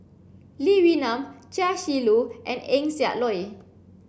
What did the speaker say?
Lee Wee Nam Chia Shi Lu and Eng Siak Loy